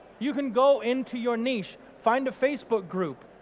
you can go into your niche, find a facebook group,